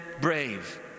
brave